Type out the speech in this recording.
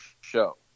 show